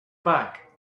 back